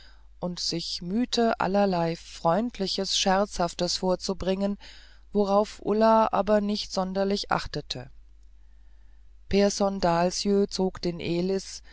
und sich mühte allerlei freundliches scherzhaftes vorzubringen worauf ulla aber nicht sonderlich achtete pehrson dahlsjö zog den elis